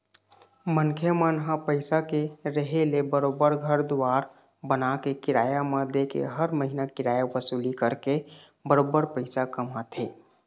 मनखे मन ह पइसा के रेहे ले बरोबर घर दुवार बनाके, किराया म देके हर महिना किराया वसूली करके बरोबर पइसा कमाथे